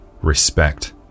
respect